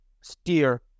steer